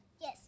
Yes